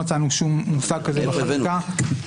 שום מושג כזה בחקיקה.